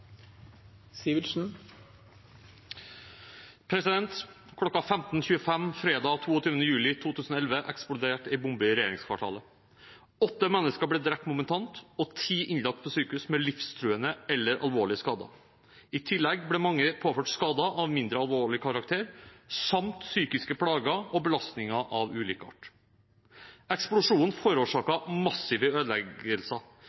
ble innlagt på sykehus med livstruende eller alvorlige skader. I tillegg ble mange påført skader av mindre alvorlig karakter samt psykiske plager og belastninger av ulik art. Eksplosjonen